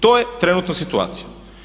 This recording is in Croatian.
To je trenutno situacija.